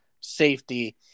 safety